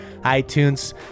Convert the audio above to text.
iTunes